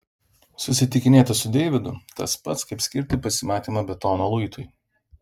susitikinėti su deividu tas pats kaip skirti pasimatymą betono luitui